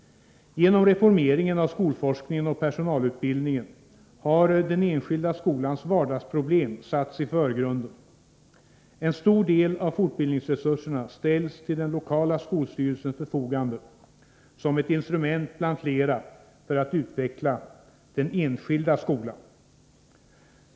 Genom reformeringen av skolforskningen och personalutbildningen har den enskilda skolans vardagsproblem satts i förgrunden. En stor del av fortbildningsresurserna ställs till den lokala skolstyrelsens förfogande som ett instrument bland flera för att utveckla den enskilda skolan.